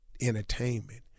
entertainment